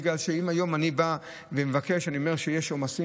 כיוון שאם אני בא היום ואומר שיש עומסים